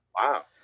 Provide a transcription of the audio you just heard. wow